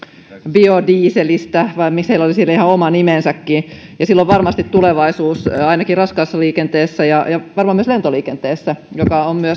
biodieselistä tai heillä oli sille ihan oma nimensäkin ja sillä on varmasti tulevaisuus ainakin raskaassa liikenteessä ja ja varmaan myös lentoliikenteessä joka on myös